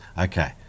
Okay